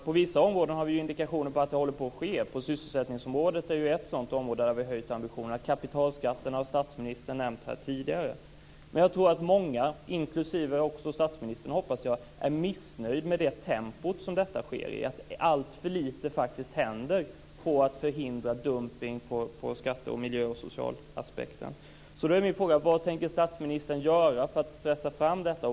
På vissa områden har vi indikationer på att det håller på att ske. Sysselsättningsområdet är ett sådant område där vi har höjt ambitionerna. Kapitalskatterna har statsministern nämnt tidigare. Jag tror att många, inklusive statsministern, hoppas jag, är missnöjda med det tempo som detta sker i. Alltför lite händer faktiskt när det gäller att förhindra dumpning ur skatte-, miljö och socialaspekten. Mina frågor är: Vad tänker statsministern göra för att stressa fram detta?